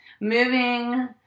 moving